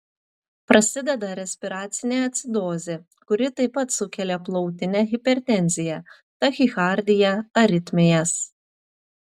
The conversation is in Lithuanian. prasideda respiracinė acidozė kuri taip pat sukelia plautinę hipertenziją tachikardiją aritmijas